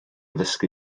ddysgu